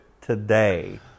today